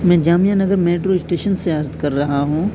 میں Jamia Nagar metro station سے عرض کر رہا ہوں